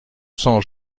sang